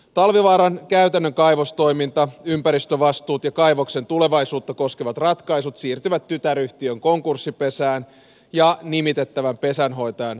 talvivaaran käytännön kaivostoiminta ympäristövastuut ja kaivoksen tulevaisuutta koskevat ratkaisut siirtyvät tytäryhtiön konkurssipesään ja nimitettävän pesänhoitajan vastuulle